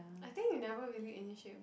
I think you never really initiate